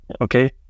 Okay